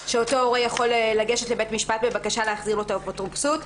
שאותו הורה יכול לגשת לבית משפט בבקשה להחזיר לו את האפוטרופסות.